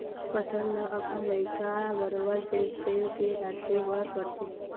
फसल ल अपन लइका बरोबर सेव सेव के राखे बर परथे